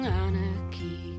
anarchy